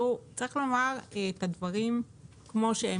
צריך לומר את הדברים כמו שהם.